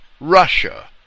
Russia